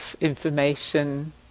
information